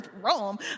Rome